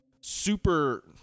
super